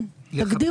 כן, תגדירו סיטואציות.